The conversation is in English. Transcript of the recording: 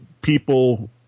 people